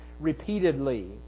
repeatedly